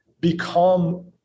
Become